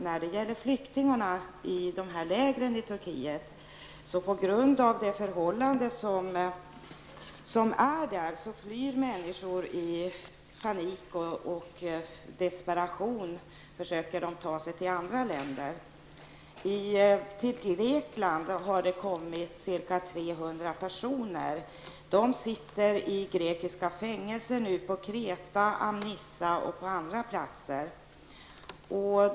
När det gäller flyktingarna i lägren i Turkiet vill jag nämna att på grund av de förhållanden som råder där flyr människor i panik. I desperation försöker de ta sig till andra länder. Till Grekland har det kommit ca 300 personer. De sitter i grekiska fängelser på Kreta, Amnissa och på andra platser.